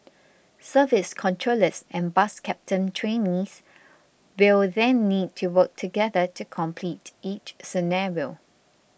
service controllers and bus captain trainees will then need to work together to complete each scenario